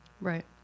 right